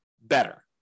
better